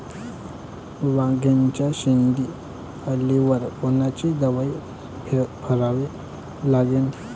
वांग्याच्या शेंडी अळीवर कोनची दवाई फवारा लागन?